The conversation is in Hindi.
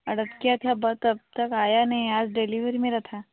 अडर किया था बट अब तक आया नहीं आज डेलिवरी मेरा था